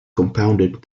compounded